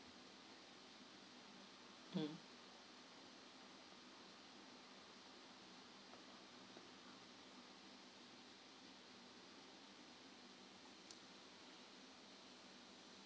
mm